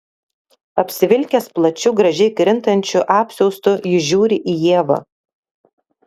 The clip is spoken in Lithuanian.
apsivilkęs plačiu gražiai krintančiu apsiaustu jis žiūri į ievą